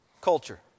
culture